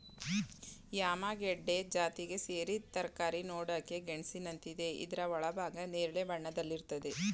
yam ಗೆಡ್ಡೆ ಜಾತಿಗ್ ಸೇರಿದ್ ತರಕಾರಿ ನೋಡಕೆ ಗೆಣಸಿನಂತಿದೆ ಇದ್ರ ಒಳಭಾಗ ನೇರಳೆ ಬಣ್ಣದಲ್ಲಿರ್ತದೆ